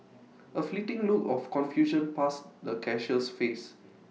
A fleeting look of confusion passed the cashier's face